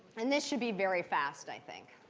and this should be very fast, i think.